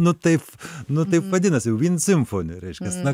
nu taip nu taip vadinasi jau vien simfoni reiškias na